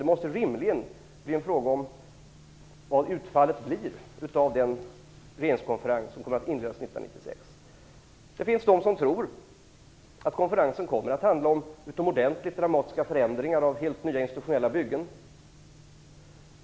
Det måste rimligen vara beroende av hur utfallet blir av den regeringskonferens som skall inledas 1996. Det finns de som tror att konferensen kommer att handla om utomordentligt dramatiska förändringar av helt nya institutionella byggen.